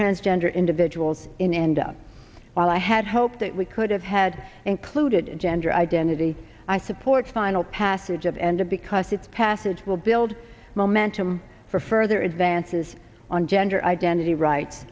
transgender individuals in and out while i had hoped that we could have had included gender identity i support final passage of and to because its passage will build momentum for further advances on gender identity rights